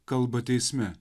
kalbą teisme